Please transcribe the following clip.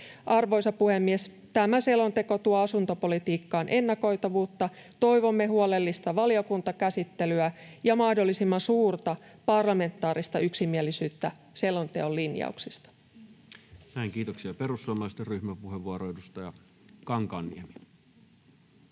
Arvoisa puhemies! Tämä selonteko tuo asuntopolitiikkaan ennakoitavuutta. Toivomme huolellista valiokuntakäsittelyä ja mahdollisimman suurta parlamentaarista yksimielisyyttä selonteon linjauksista. Näin, kiitoksia. — Perussuomalaisten ryhmäpuheenvuoro, edustaja Kankaanniemi.